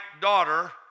daughter